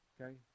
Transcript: okay